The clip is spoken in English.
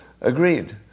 agreed